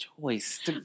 choice